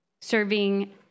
serving